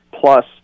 Plus